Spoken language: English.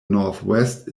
northwest